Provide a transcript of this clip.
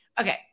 okay